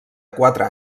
quatre